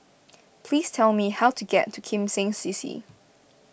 please tell me how to get to Kim Seng C C